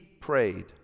prayed